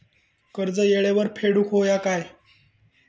कर्ज येळेवर फेडूक होया काय?